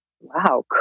Wow